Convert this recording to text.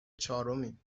چهارمیم